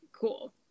Cool